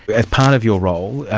as part of your role,